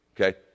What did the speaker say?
Okay